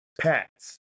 Pats